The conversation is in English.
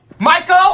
Michael